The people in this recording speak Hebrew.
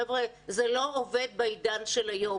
חבר'ה, זה לא עובד בעידן של היום.